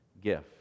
gift